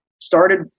started